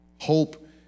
Hope